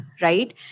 right